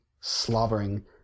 slobbering